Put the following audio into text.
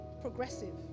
progressive